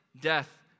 death